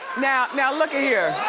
now now look a here.